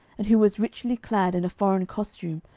and who was richly clad in a foreign costume,